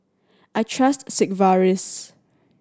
I trust Sigvaris